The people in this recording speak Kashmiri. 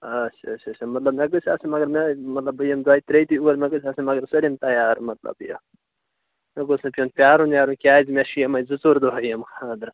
اَچھا اَچھا اَچھا مطلب مےٚ گٔژھۍ آسٕنۍ مگر مےٚ حظ مطلب بہٕ یِمہٕ دۄیہِ ترٛےٚ دۅہۍ اور مےٚ گٔژھۍ آسٕنۍ مگر سٲلِم تیار مطلب یہِ مےٚ گوٚژھ نہٕ پٮ۪ون پیٛارُن ویٛارُن کیٛازِ مےٚ چھِ یِمے زٕ ژور دۄہ یِم خانٛدرس